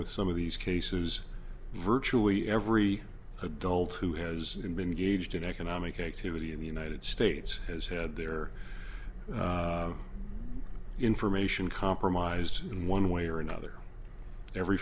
with some of these cases virtually every adult who has been gauged in economic activity in the united states has had their information compromised in one way or another every